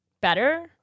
better